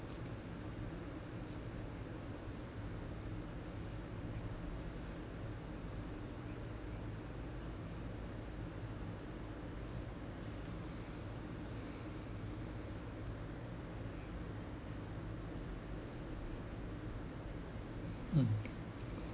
mm